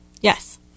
Yes